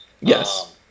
yes